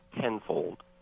tenfold